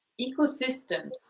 Ecosystems